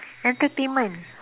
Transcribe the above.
entertainment